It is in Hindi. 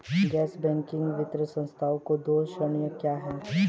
गैर बैंकिंग वित्तीय संस्थानों की दो श्रेणियाँ क्या हैं?